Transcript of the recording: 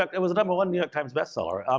um it was a number one new york times bestseller. um